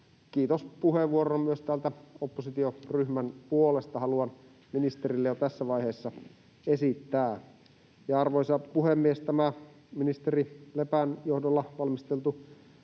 kiitospuheenvuoron myös täältä oppositioryhmän puolesta haluan ministerille jo tässä vaiheessa esittää. Arvoisa puhemies! Tämä ministeri Lepän johdolla valmisteltu